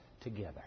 together